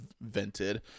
vented